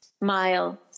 mile